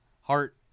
Heart